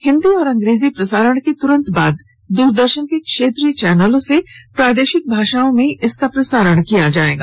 हिंदी और अंग्रेजी प्रसारण के तुरंत बाद दूरदर्शन के क्षेत्रीय चैनलों से प्रादेशिक भाषाओं में इसका प्रसारण किया जाएगा